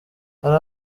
hari